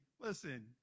listen